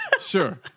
Sure